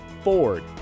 Ford